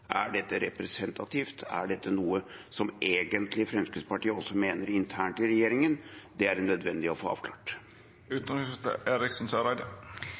Er dette representativt? Er dette noe som Fremskrittspartiet egentlig også mener internt i regjeringen? Det er det nødvendig å få avklart.